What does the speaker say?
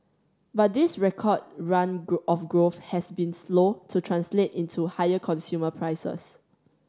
but this record run of growth has been slow to translate into higher consumer prices